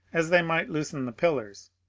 as they might loosen the pillars,